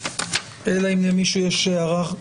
אלא אם למישהו יש הערה.